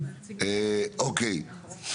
אוקיי.